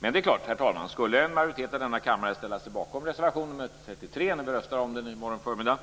Men det är klart, herr talman, att skulle en majoritet av denna kammare ställa sig bakom reservation nr 33 när vi röstar om den i morgon förmiddag